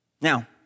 Now